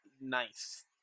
nice